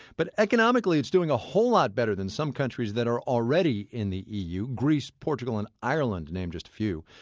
but economically, it's doing a whole lot better than some countries that're already in the eu greece, portugal and ireland to name just a few.